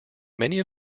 many